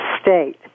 state